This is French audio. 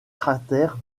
cratères